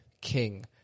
king